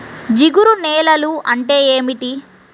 జిగురు నేలలు అంటే ఏమిటీ?